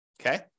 okay